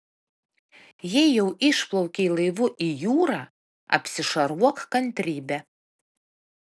jei jau išplaukei laivu į jūrą apsišarvuok kantrybe